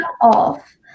off